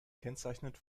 kennzeichnend